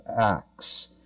Acts